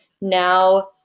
now